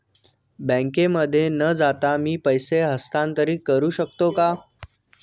बँकेमध्ये न जाता मी पैसे हस्तांतरित करू शकतो का?